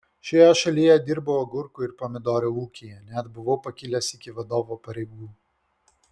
šioje šalyje dirbau agurkų ir pomidorų ūkyje net buvau pakilęs iki vadovo pareigų